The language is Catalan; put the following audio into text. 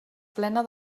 plena